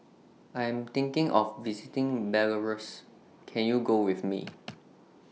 I Am thinking of visiting Belarus Can YOU Go with Me